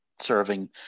serving